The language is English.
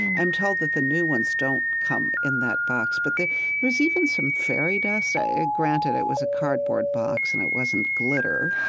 i'm told that the new ones don't come in that box. but there was even some fairy dust. ah granted, it was a cardboard box and it wasn't glitter.